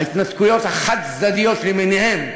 ההתנתקויות החד-צדדיות למיניהן.